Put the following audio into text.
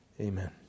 Amen